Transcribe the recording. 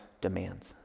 demands